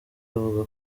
avuga